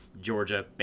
Georgia –